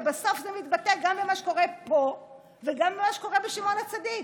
ובסוף זה מתבטא גם במה שקורה פה וגם במה שקורה בשמעון הצדיק.